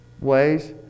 ways